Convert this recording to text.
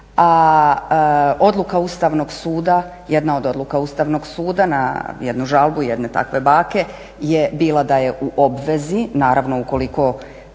a odluka Ustavnog suda, jedna od odluka Ustavnog suda na jednu žalbu jedne takve bake je bila da je u obvezi, naravno ukoliko